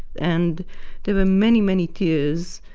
and there were many many tears.